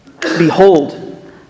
Behold